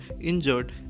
injured